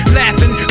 laughing